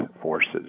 forces